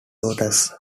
daughters